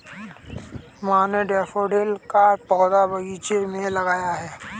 माँ ने डैफ़ोडिल का पौधा बगीचे में लगाया है